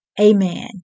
Amen